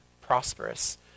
prosperous